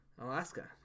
Alaska